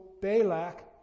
Balak